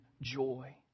joy